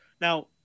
Now